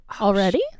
Already